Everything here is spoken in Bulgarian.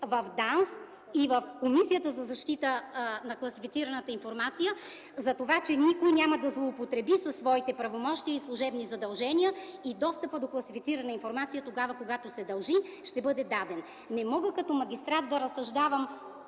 в ДАНС и в Комисията за защита на класифицираната информация, затова че никой няма да злоупотреби със своите правомощия и служебни задължения, и достъпът до класифицирана информация тогава, когато се дължи, ще бъде даден. Не мога като магистрат да разсъждавам